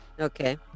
okay